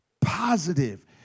positive